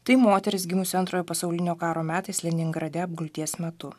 tai moteris gimusi antrojo pasaulinio karo metais leningrade apgulties metu